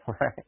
Right